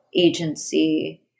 agency